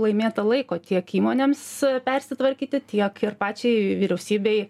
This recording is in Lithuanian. laimėta laiko tiek įmonėms persitvarkyti tiek ir pačiai vyriausybei